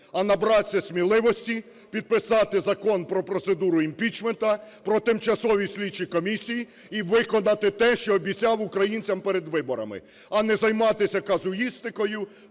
а набратися сміливості, підписати Закон про процедуру імпічменту, про тимчасові слідчі комісії - і виконати те, що обіцяв українцям перед виборами, а не займатися казуїстикою: